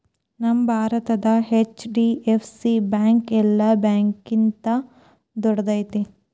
ನಮ್ಮ ಭಾರತದ HDFC bank ಯೆಲ್ಲಾ ಬ್ಯಾಂಕ್ಗಿಂತಾ ದೊಡ್ದೈತಿ